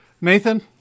Nathan